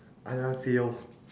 annyeonghaseyo